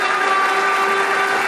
(מחיאות כפיים)